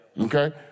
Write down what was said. Okay